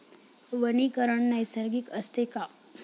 वनीकरण नैसर्गिक असते का?